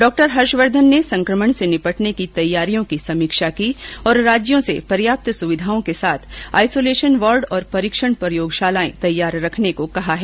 डॉ हर्षवर्धन ने संक्रमण से निपटने की तैयारियों की समीक्षा की और राज्यों से पर्याप्त सुविधाओं के साथ आइसोलेशन वार्ड और परीक्षण प्रयोगशालाएं तैयार रखने को कहा है